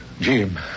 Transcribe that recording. Jim